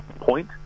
point